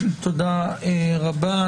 תודה רבה.